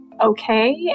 okay